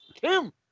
Tim